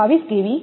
722 kV છે